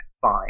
fine